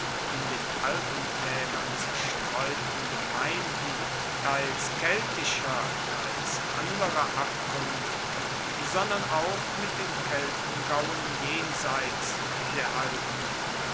in den alpentaelern zerstreuten gemeinden teils keltischer teils anderer abkunft sondern auch mit den keltengauen jenseits der alpen